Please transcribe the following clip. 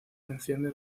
enciende